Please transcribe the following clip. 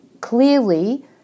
clearly